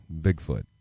Bigfoot